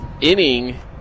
inning